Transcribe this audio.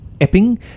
Epping